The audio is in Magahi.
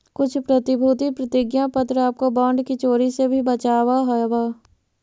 कुछ प्रतिभूति प्रतिज्ञा पत्र आपको बॉन्ड की चोरी से भी बचावअ हवअ